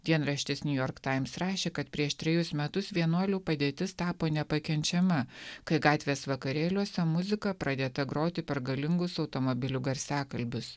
dienraštis niujork times rašė kad prieš trejus metus vienuolių padėtis tapo nepakenčiama kai gatvės vakarėliuose muzika pradėta groti per galingus automobilių garsiakalbius